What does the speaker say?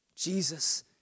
Jesus